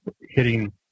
hitting